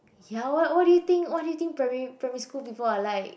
ya why what do you think what do you think primary primary school people are like